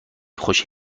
خوش